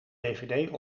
dvd